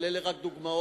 אבל אלה רק דוגמאות.